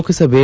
ಲೋಕಸಭೆ